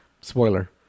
spoiler